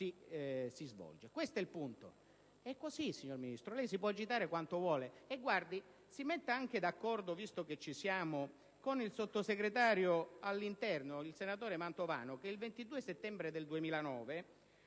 Questo è il punto.